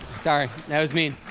sorry, that was mean.